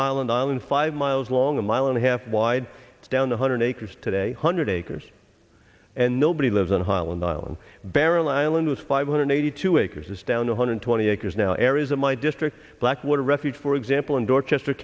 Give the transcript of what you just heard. highland island five miles long a mile and a half wide down one hundred acres today hundred acres and nobody lives on highland island barrel island with five hundred eighty two acres it's down one hundred twenty acres now areas of my district black water refuge for example in dorchester